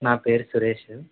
నా పేరు సురేష్